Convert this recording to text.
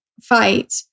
fight